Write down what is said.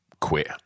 quit